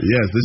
Yes